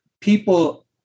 people